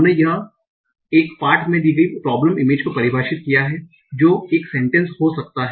हमने एक पाठ में दी गयी प्रोबलम इमेज को परिभाषित किया है जो एक सेंटेन्स हो सकता है